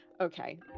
okay